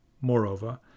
Moreover